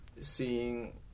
seeing